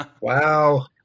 Wow